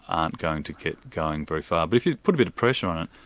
aren't going to get going very far. but if you put a bit of pressure on it,